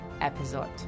episode